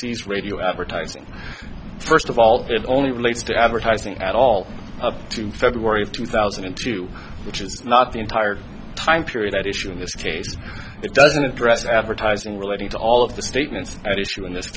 franchisees radio advertising first of all it only relates to advertising at all to february of two thousand and two which is not the entire time period at issue in this case it doesn't address advertising relating to all of the statements at issue in this